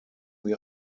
wir